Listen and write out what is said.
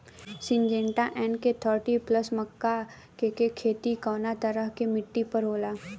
Syngenta NK thirty plus मक्का के के खेती कवना तरह के मिट्टी पर होला?